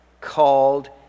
called